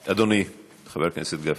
אדוני, חבר הכנסת גפני.